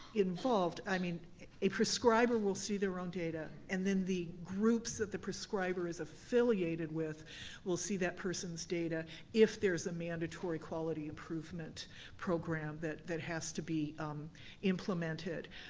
involved. i mean a prescriber will see their own data, and then the groups of the prescribers affiliated with will see that person's data if there's a mandatory quality improvement program that that has to be implemented.